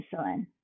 insulin